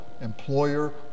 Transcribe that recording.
employer